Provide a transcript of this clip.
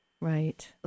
Right